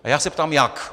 A já se ptám jak?